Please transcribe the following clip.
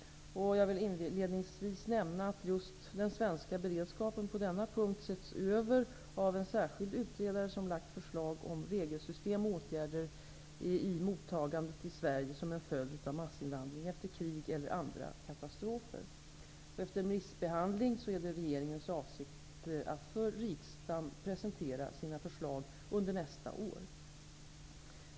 Jag vill inledningsvis nämna att just den svenska beredskapen på denna punkt setts över av en särskild utredare som lagt förslag om regelsystem och åtgärder i mottagandet i Sverige som en följd av massinvandring efter krig eller andra katastrofer. Efter remissbehandling är det regeringens avsikt att för riksdagen presentera sina förslag under nästa år.